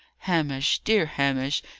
hamish, dear hamish,